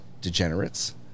Degenerates